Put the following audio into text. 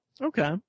Okay